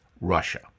Russia